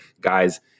guys